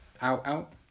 out-out